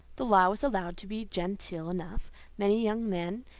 the law was allowed to be genteel enough many young men,